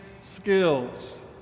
skills